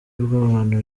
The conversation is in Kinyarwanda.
bw’abantu